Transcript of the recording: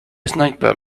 sniper